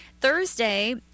Thursday